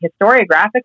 historiographically